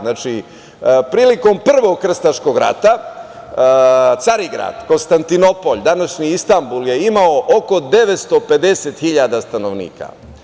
Znači, prilikom Prvog krstaškog rata, Carigrad, odnosno Konstantinopolj, današnji Istambul je imao oko 950 hiljada stanovnika.